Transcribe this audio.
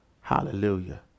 Hallelujah